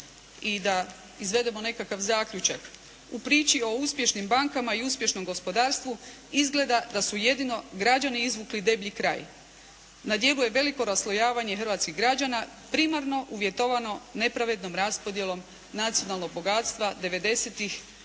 I da izvedemo nekakav zaključak. U priči o uspješnim bankama i uspješnom gospodarstvu izgleda da su jedino građani izvukli deblji kraj. Na dijelu je veliko raslojavanje hrvatskih građana primarno uvjetovano nepravednom raspodjelom nacionalnog bogatstva devedesetih